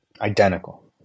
identical